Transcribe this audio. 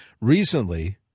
Recently